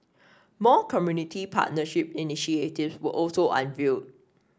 more community partnership initiatives were also unveiled